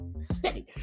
Steady